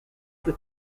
the